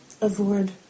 avoid